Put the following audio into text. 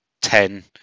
ten